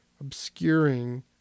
obscuring